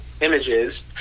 images